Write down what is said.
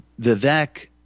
Vivek